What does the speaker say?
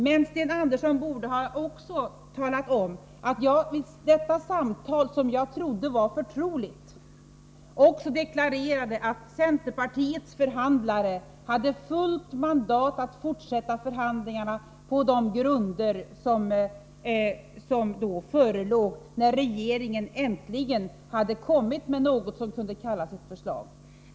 Men Sten Andersson borde också ha talat om att jag vid detta samtal, som jag trodde var förtroligt, deklarerade att centerpartiets förhandlare hade fullt mandat att fortsätta förhandlingarna på de grunder som förelåg då regeringen äntligen hade kommit med något som kunde kallas ett förslag.